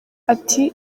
ati